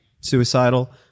suicidal